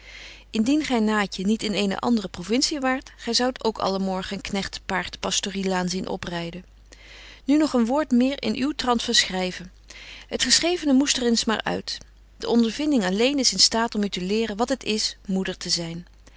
indien gy naatje niet in eene andre provintie waart gy zoudt ook alle morgen een knegt te paard de pastorie laan zien opryden nu nog een woord meer in uw trant van schryven het geschrevene moest er eerst maar uit de ondervinding alléén is in staat om u te leren wat het is moeder te zyn